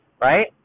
right